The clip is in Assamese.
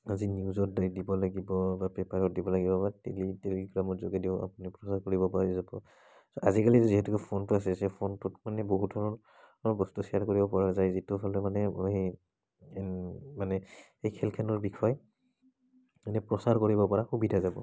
আজি নিউজত এই দিব লাগিব বা পেপাৰত দিব লাগিব বা টেলিগ্ৰামৰ যোগেদিও আপুনি প্ৰচাৰ কৰিব পাৰিব আজিকালি যিহেতুকে ফোনটো আছে যে ফোনটোত মানে বহুত ধৰণৰ বস্তু শ্বেয়াৰ কৰিব পৰা যায় যিটো আচলতে মানে এই মানে সেই খেলখনৰ বিষয়ে এনে প্ৰচাৰ কৰিব পৰা সুবিধা যাব